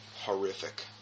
horrific